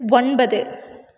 ஒன்பது